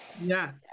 Yes